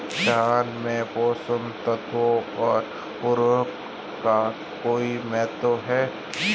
धान में पोषक तत्वों व उर्वरक का कोई महत्व है?